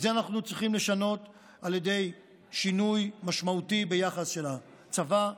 את זה אנחנו צריכים לשנות על ידי שינוי משמעותי ביחס של הצבא.